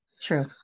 True